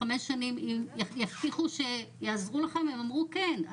שנים אם יבטיחו שיעזרו להם והם אמרו שכן.